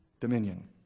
Dominion